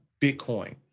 Bitcoin